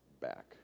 back